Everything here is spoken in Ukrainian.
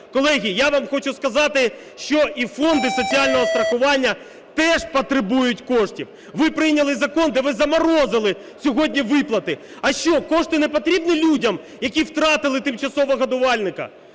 Колеги, я вам хочу сказати, що і фонди соціального страхування теж потребують коштів. Ви прийняли закон, де ви заморозили сьогодні виплати. А що кошти не потрібні людям, які втратили тимчасово годувальника?